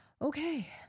Okay